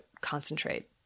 concentrate